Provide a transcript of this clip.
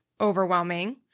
overwhelming